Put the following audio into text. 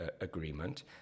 agreement